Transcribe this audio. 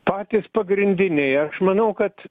patys pagrindiniai aš manau kad